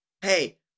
Hey